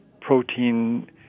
protein